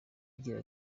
agira